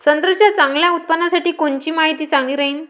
संत्र्याच्या चांगल्या उत्पन्नासाठी कोनची माती चांगली राहिनं?